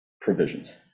provisions